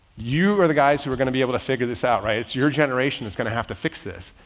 you are the guys who are going to be able to figure this out, right? it's your generation that's going to have to fix this.